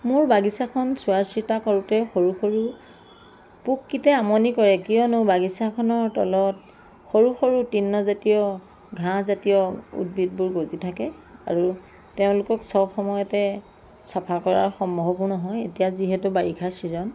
মোৰ বাগিচাখন চোৱা চিতা কৰোঁতে সৰু সৰু পোককেইটাই আমনি কৰে কিয়নো বাগিচাখনৰ তলত সৰু সৰু তৃণজাতীয় ঘাহঁজাতীয় উদ্ভিদবোৰ গজি থাকে আৰু তেওঁলোকক চব সময়তে চাফা কৰা সম্ভৱো নহয় এতিয়া যিহেতু বাৰিষা ছিজন